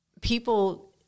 people